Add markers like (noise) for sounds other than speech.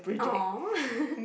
oh (laughs)